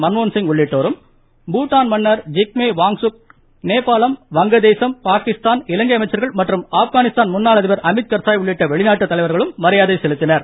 மன்மோகன்சிங் பூடான் மன்னர் ஜிக்மே வாங்சுக் நேபாளம் வங்கதேசம் பாகிஸ்தான் இலங்கை அமைச்சர்கள் மற்றும் ஆப்கானிஸ்தான் முன்னாள் அதிபர் அமித் கர்சாய் உள்ளிட்ட வெளிநாட்டு தலைவர்களும் மரியாதை செலுத்தினர்